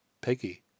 Peggy